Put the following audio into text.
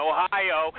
Ohio